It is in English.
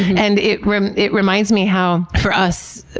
and, it it reminds me how, for us,